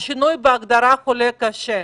השינוי בהגדרה חולה קשה,